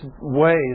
ways